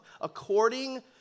according